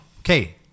Okay